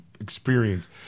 experience